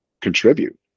contribute